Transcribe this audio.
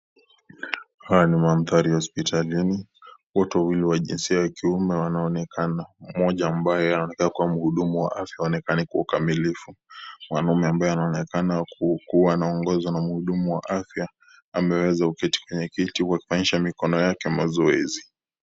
Haya ni mandhari ya hospitalini, watu wawili wa jinsia ya kiume wanaonekana. Mmoja ambaye anaonekana kuwa mhudumu wa afya haonekani kwa ukamilifu. Mwanaume ambaye anaonekana kuwa anaongozwa na mhudumu wa afya, ameweza kuketi kwenye kiti, huku akifanyisha mikono yake mazoezi.